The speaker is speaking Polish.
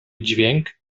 dźwięk